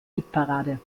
hitparade